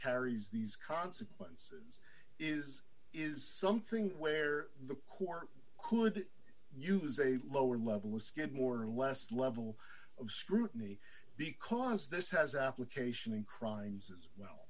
carries these consequences is is something where the court could use a lower level of skin more or less level of scrutiny because this has application in crimes as well